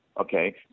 okay